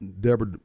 deborah